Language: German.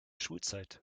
schulzeit